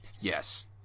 Yes